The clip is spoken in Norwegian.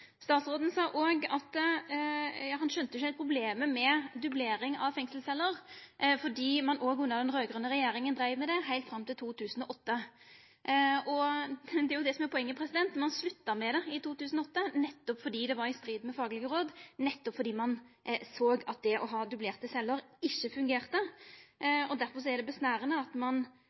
Statsråden sa òg at han ikkje heilt skjønte problemet med dublering av fengselsceller, fordi ein òg under den raud-grøne regjeringa dreiv med det heilt fram til 2008. Men det er jo nettopp det som er poenget: Ein slutta med det i 2008 nettopp fordi det var i strid med faglege råd, nettopp fordi ein såg at det å ha dublerte celler ikkje fungerte. Likevel vil ein nå begynna med det igjen, og ein